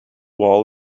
wall